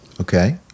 Okay